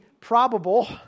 probable